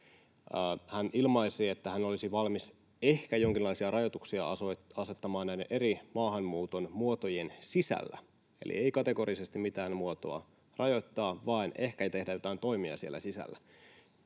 Hän ilmaisi, että hän olisi valmis ehkä jonkinlaisia rajoituksia asettamaan näiden eri maahanmuuton muotojen sisällä, eli ei kategorisesti mitään muotoa rajoittaa, vaan ehkä tehdä jotain toimia siellä sisällä.